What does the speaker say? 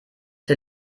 der